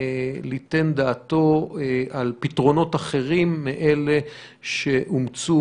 ליתן דעתו על פתרונות אחרים מאלה שאומצו